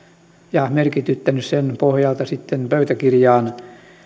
ja merkityttänyt sen pohjalta sitten pöytäkirjaan